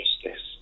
justice